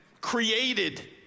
created